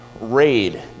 raid